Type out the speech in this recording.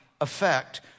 effect